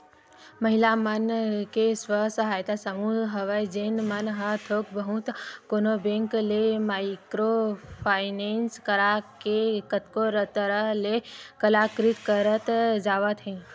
महिला मन के स्व सहायता समूह हवय जेन मन ह थोक बहुत कोनो बेंक ले माइक्रो फायनेंस करा के कतको तरह ले कलाकृति करत जावत हे